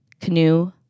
canoe